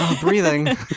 Breathing